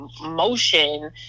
motion